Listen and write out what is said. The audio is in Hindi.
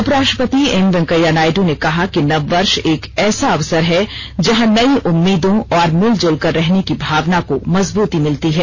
उप राष्ट्रपति एम वेंकैया नायडू ने कहा कि नववर्ष एक ऐसा अवसर है जहां नई उम्मीदों और मिलजुल कर रहने की भावना को मजबूती मिलती है